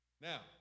Now